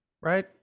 right